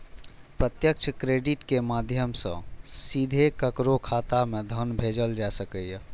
प्रत्यक्ष क्रेडिट के माध्यम सं सीधे केकरो खाता मे धन भेजल जा सकैए